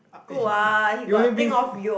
he only bring